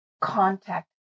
contact